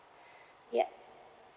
yup